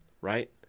right